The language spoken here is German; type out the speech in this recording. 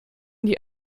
die